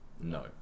No